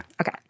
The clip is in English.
Okay